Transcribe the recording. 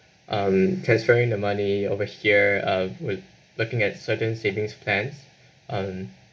um transferring the money over here uh with looking at certain savings plans um